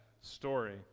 story